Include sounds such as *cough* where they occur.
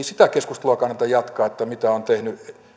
*unintelligible* sitä keskustelua kannata jatkaa että mitä on tehnyt